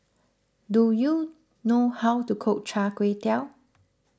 do you know how to cook Char Kway Teow